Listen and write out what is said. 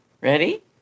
Ready